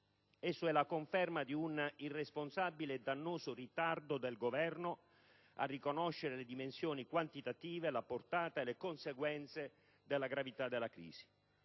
Esso è la conferma di un irresponsabile e dannoso ritardo del Governo a riconoscere le dimensioni quantitative, la portata e le conseguenze della gravità della crisi.